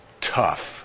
tough